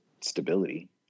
stability